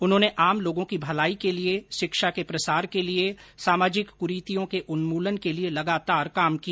उन्होंने आम लोगों की भलाई के लिए शिक्षा के प्रसार के लिए सामाजिक कुरीतियों के उन्मूलन के लिए लगातार काम किया